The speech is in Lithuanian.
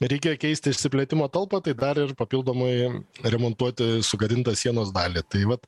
reikėjo keisti išsiplėtimo talpą tai dar ir papildomai remontuoti sugadintą sienos dalį tai vat